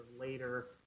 later